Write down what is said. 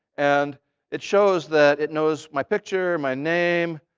and it shows that it knows my picture, my name,